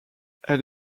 elle